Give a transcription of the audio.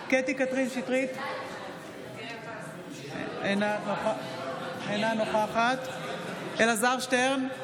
קטי קטרין שטרית, אינה נוכחת אלעזר שטרן,